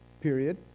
period